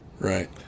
Right